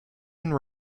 and